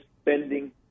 spending